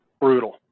brutal